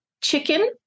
chicken